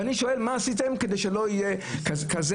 ואני שואל: מה עשיתם כדי שלא יהיה כזה